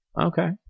Okay